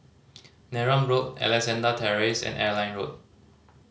Neram Road Alexandra Terrace and Airline Road